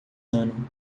ano